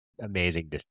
amazing